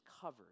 covered